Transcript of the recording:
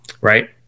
Right